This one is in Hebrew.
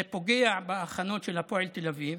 זה פוגע בהכנות של הפועל תל אביב.